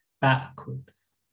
backwards